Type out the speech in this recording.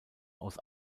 aus